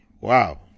Wow